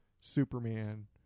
Superman